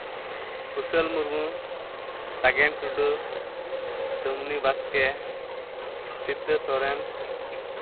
ᱠᱩᱥᱟᱹᱞ ᱢᱩᱨᱢᱩ ᱥᱟᱜᱮᱱ ᱴᱩᱰᱩ ᱰᱩᱢᱱᱤ ᱵᱟᱥᱠᱮ ᱥᱤᱛᱟᱹ ᱥᱚᱨᱮᱱ